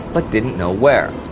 but didn't know where.